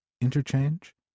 interchange